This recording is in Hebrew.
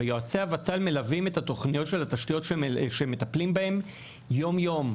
ויועצי הות״ל מלווים את התוכניות שהם מטפלים בהן יום יום.